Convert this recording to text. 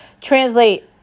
translate